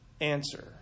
answer